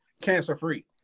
cancer-free